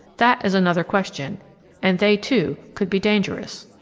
that is another question and they, too, could be dangerous!